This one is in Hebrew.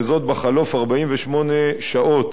וזאת בחלוף 48 שעות